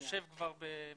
יישר כוח.